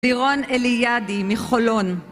לירון אליאדי, מחולון